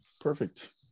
Perfect